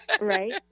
Right